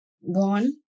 one